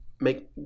make